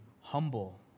humble